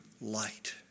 light